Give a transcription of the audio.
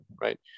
right